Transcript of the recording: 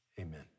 Amen